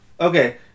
Okay